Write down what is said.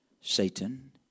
Satan